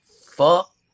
fuck